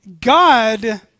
God